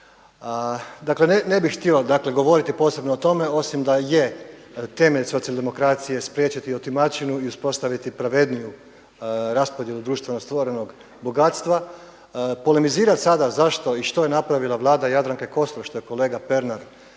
Dakle, ne bih htio dakle govoriti posebno o tome osim da je temelj socijaldemokracije spriječiti otimačinu i uspostaviti pravedniju raspodjelu društveno stvorenog bogatstva. Polemizirat sada zašto i što je napravila Vlada Jadranke Kosor što je kolega Pernar